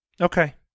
Okay